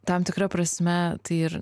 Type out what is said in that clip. tam tikra prasme tai ir